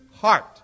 heart